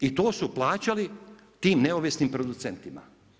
I to su plaćali tim neovisnim producentima.